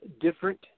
different